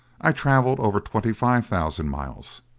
i traveled over twenty-five thousand miles,